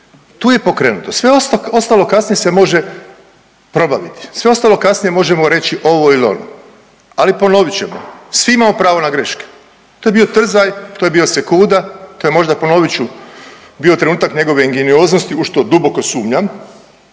Tu je pokrenuto, sve ostalo kasnije se može probaviti, sve ostalo kasnije možemo reći ovo ili ono. Ali ponovit ćemo svi imamo pravo na greške. To je bio trzaj, to je bila sekunda, to je možda ponovit ću bio trenutak njegove ingenioznosti u što duboko sumnjam,